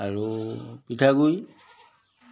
আৰু পিঠাগুড়ি